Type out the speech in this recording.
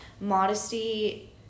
modesty